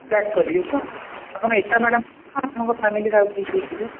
back କରିବେ ତ ଆପଣ ଏକା ମ୍ୟାଡ଼ାମ୍ ନା ଆପଣଙ୍କ ଫ୍ୟାମିଲିରେ ଆଉ କିଏ କିଏ ଯିବେ